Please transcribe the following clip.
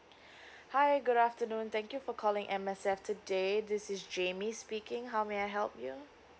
hi good afternoon thank you for calling M_S_F today this is jamie speaking how may I help you